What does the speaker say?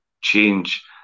change